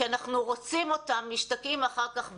כי אנחנו רוצים אותם משתקעים אחר כך בארץ,